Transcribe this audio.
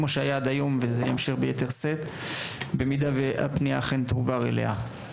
כמו שהיה עד היום וזה ימשיך ביתר שאת במידה והפניה אכן תועבר אליה.